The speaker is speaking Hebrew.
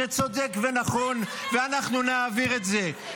זה צודק ונכון, ואנחנו נעביר את זה.